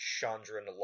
Chandra